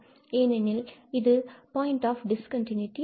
ஏனெனில் இது ஒரு பாயிண்ட் ஆஃப் திஸ் கண்டினூட்டி ஆகும்